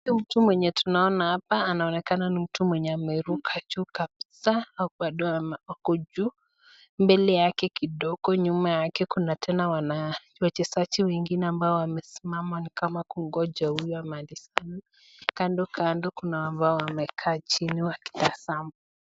Huyu mtu mwenye tunaona hapa anaonekana ni mtu mwenye ameruka juu kabisa na bado ako juu, mbele yake kidogo nyuma yake kuna tena wachezaji wengine ambao wamesimama ni kama kungoja huyu amalizane, kando kando kuna ambao wamekaa chini wakitazama.